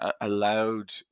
allowed